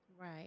right